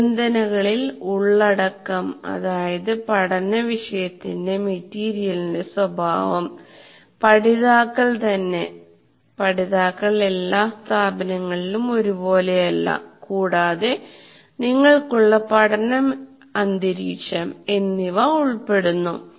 നിബന്ധനകളിൽ ഉള്ളടക്കം അതായത് പഠന വിഷയത്തിന്റെ മെറ്റീരിയലിന്റെ സ്വഭാവം പഠിതാക്കൾ തന്നെ പഠിതാക്കൾ എല്ലാ സ്ഥാപനങ്ങളിലും ഒരേപോലെയല്ല കൂടാതെ നിങ്ങൾക്കുള്ള പഠന അന്തരീക്ഷം എന്നിവ ഉൾപ്പെടുന്നു